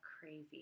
crazy